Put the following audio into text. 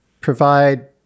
provide